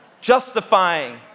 Justifying